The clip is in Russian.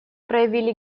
проявили